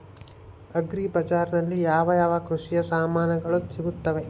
Agri ಬಜಾರಿನಲ್ಲಿ ಯಾವ ಯಾವ ಕೃಷಿಯ ಸಾಮಾನುಗಳು ಸಿಗುತ್ತವೆ?